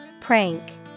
Prank